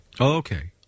Okay